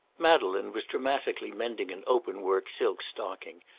madeleine was dramatically mending an open-work silk stocking,